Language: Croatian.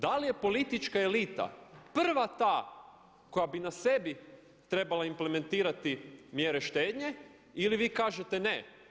Da li je politička elita prva ta koja bi na sebi tr4ebala implementirati mjere štednje ili vi kažete ne.